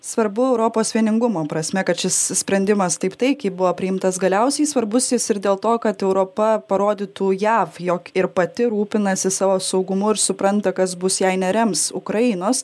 svarbu europos vieningumo prasme kad šis sprendimas taip taikiai buvo priimtas galiausiai svarbus ir dėl to kad europa parodytų jav jog ir pati rūpinasi savo saugumu ir supranta kas bus jei nerems ukrainos